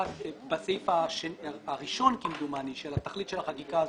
בסעיף הראשון כמדומני של התכלית של החקיקה הזאת,